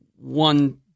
one